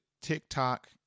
TikTok